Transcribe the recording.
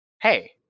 hey